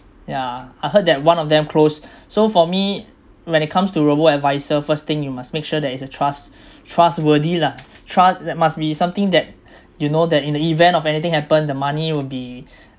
yeah I heard that one of them closed so for me when it comes to robo adviser first thing you must make sure that it's a trust trustworthy lah tru~ that must be something that you know that in the event of anything happen the money would be